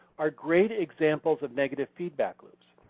are great examples of negative feedback loops.